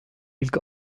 ilk